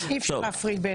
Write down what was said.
ישיבת הסיעה שלנו,